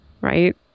Right